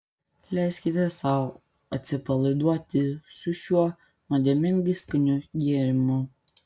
leiskite sau atsipalaiduoti su šiuo nuodėmingai skaniu gėrimu